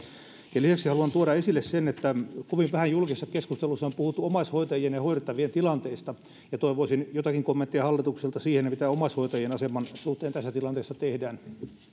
lisäksi haluan tuoda esille sen että kovin vähän julkisessa keskustelussa on puhuttu omaishoitajien ja hoidettavien tilanteista ja toivoisin joitakin kommentteja hallitukselta siitä mitä omaishoitajien aseman suhteen tässä tilanteessa tehdään